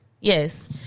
Yes